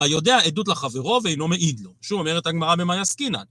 ‫היודע עדות לחברו ואינו מעיד לו, ‫שוב אומרת הגמרא במאי עסקינן.